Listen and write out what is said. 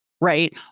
right